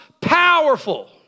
powerful